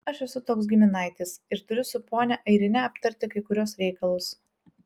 aš esu toks giminaitis ir turiu su ponia airine aptarti kai kuriuos reikalus